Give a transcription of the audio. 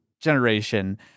generation